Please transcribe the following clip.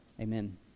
Amen